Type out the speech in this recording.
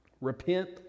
Repent